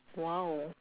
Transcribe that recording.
!wow!